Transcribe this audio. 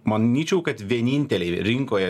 manyčiau kad vieninteliai rinkoje